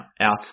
out